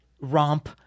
romp